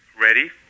ready